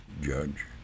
judge